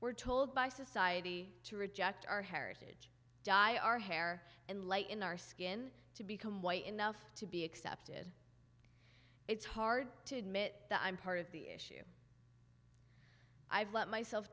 we're told by society to reject our heritage die our hair and light in our skin to become white enough to be accepted it's hard to admit that i'm part of the issue i've let myself